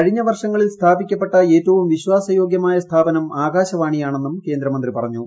കഴിഞ്ഞ വർഷങ്ങളിൽസ്ഥാപിക്കപ്പെട്ട ഏറ്റവും വിശ്വാസയോഗൃമായസ്ഥാപനം ആകാശവാണിയാണെന്നും കേന്ദ്രമന്ത്രി പറഞ്ഞു